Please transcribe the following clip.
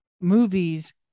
movies